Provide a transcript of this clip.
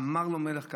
אמר לו מלך קציא: